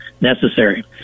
necessary